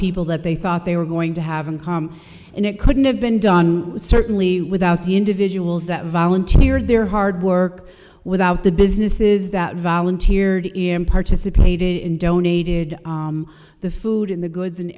people that they thought they were going to have in common and it couldn't have been done it was certainly without the individuals that volunteered their hard work without the businesses that volunteered and participated in donated the food in the goods and